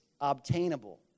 obtainable